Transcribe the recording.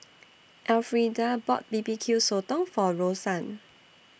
Elfrieda bought B B Q Sotong For Rosann